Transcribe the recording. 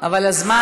אבל הזמן